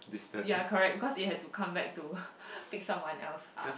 ya correct because it had to come back to pick someone else up